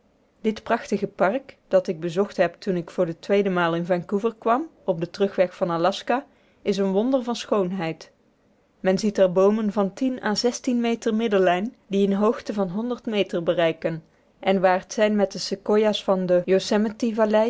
dit prachtige park dat ik bezocht heb toen ik voor de tweede maal in vancouver kwam op den terugweg van aljaska is een wonder van schoonheid men ziet er boomen van à meter middellijn die eene hoogte van meter bereiken en waard zijn met de sequoia's van de